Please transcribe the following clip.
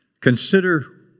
Consider